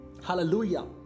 Hallelujah